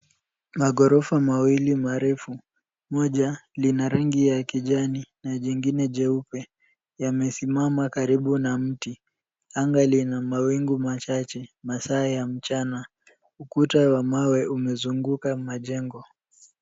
Maghorofa mawili marefu, moja lina rangi ya kijani na jingine jeupe yamesimama karibu na mti. Anga lina mawingu machache masaa ya mchana. Ukuta wa mawe umezunguka majengo.